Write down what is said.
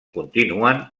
continuen